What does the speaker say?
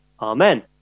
amen